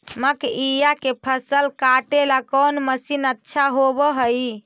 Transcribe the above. मकइया के फसल काटेला कौन मशीन अच्छा होव हई?